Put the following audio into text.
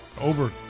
over